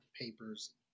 papers